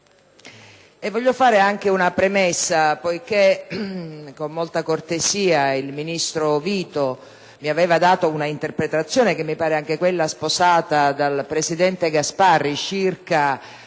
Voglio fare anche una premessa. Poiché con molta cortesia il ministro Vito mi aveva dato un'interpretazione - mi pare sposata anche dal presidente Gasparri - circa